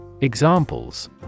Examples